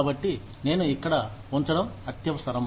కాబట్టి నేను ఇక్కడ ఉంచడం అత్యవసరం